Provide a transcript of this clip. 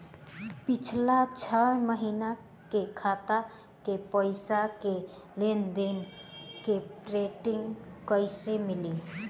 पिछला छह महीना के खाता के पइसा के लेन देन के प्रींट कइसे मिली?